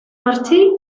martí